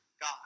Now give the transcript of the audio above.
God